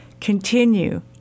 continue